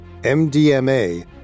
MDMA